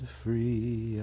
free